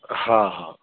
हा हा